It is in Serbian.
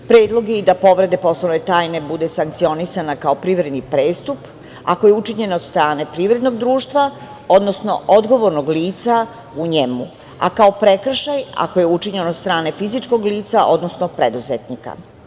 Predlog je i da povreda poslovne tajne bude sankcionisana kao privredni prestup ako je učinjena od strane privrednog društva, odnosno odgovornog lica u njemu, a kao prekršaj ako je učinjen od strane fizičkog lica, odnosno preduzetnika.